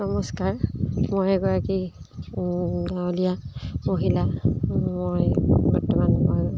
নমস্কাৰ মই এগৰাকী গাঁৱলীয়া মহিলা মই বৰ্তমান মই